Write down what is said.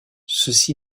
ceci